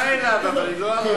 אבל היא לא אמרה את שמו.